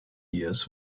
years